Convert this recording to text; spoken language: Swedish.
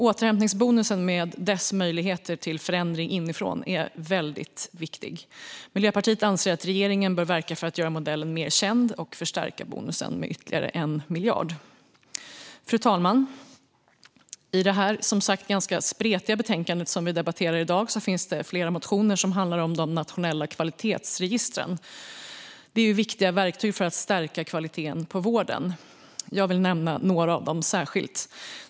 Återhämtningsbonusen, med dess möjligheter till förändring inifrån, är väldigt viktig. Miljöpartiet anser att regeringen bör verka för att göra modellen mer känd och förstärka bonusen med ytterligare 1 miljard. Fru talman! I det, som sagt, ganska spretiga betänkande som vi debatterar i dag behandlas flera motioner som handlar om de nationella kvalitetsregistren. De är viktiga verktyg för att stärka kvaliteten på vården. Jag vill särskilt nämna några av dem.